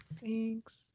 Thanks